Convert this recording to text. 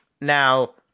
Now